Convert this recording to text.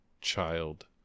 child